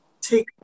take